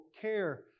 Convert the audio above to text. care